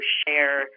share